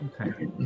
Okay